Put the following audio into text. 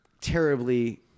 terribly